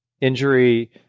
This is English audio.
injury